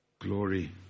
glory